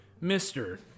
Mister